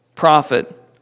Prophet